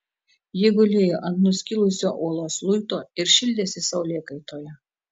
ji gulėjo ant nuskilusio uolos luito ir šildėsi saulėkaitoje